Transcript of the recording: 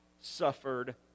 suffered